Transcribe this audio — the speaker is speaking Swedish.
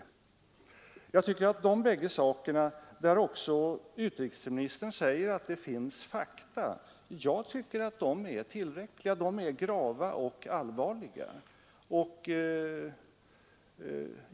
Också utrikesministern säger att det finns fakta när det gäller dessa bägge saker. Jag tycker att de är tillräckliga — de är grava och allvarliga.